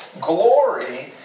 Glory